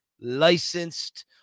licensed